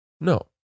No